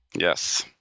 Yes